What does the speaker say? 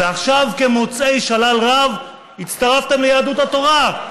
ועכשיו כמוצאי שלל רב הצטרפתם ליהדות התורה,